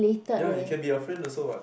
ya it can be a friend also what